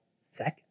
second